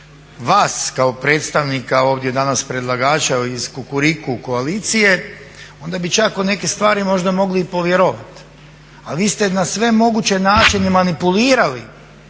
vas kao predstavnika ovdje danas predlagača iz Kukuriku koalicije onda bi čak u neke stvari možda mogli i povjerovati, a vi ste na moguće načine manipulirali